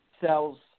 sells